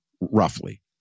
roughly